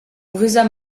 vezañ